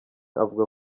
avuga